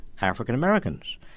African-Americans